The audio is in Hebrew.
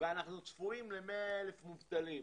ואנחנו צפויים ל-100,000 מובטלים.